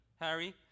Harry